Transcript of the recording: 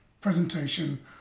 presentation